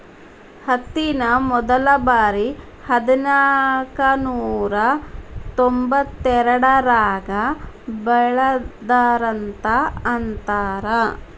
ಹತ್ತಿನ ಮೊದಲಬಾರಿ ಹದನಾಕನೂರಾ ತೊಂಬತ್ತೆರಡರಾಗ ಬೆಳದರಂತ ಅಂತಾರ